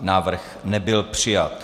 Návrh nebyl přijat.